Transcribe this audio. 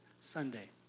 Sunday